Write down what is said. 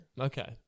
Okay